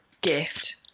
gift